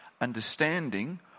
understanding